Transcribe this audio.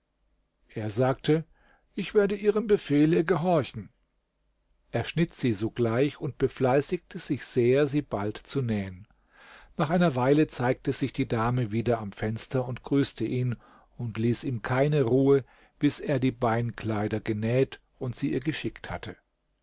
er sagte ich werde ihrem befehle gehorchen er schnitt sie sogleich und befleißigte sich sehr sie bald zu nähen nach einer weile zeigte sich die dame wieder am fenster und grüßte ihn und ließ ihm keine ruhe bis er die beinkleider genäht und sie ihr geschickt hatte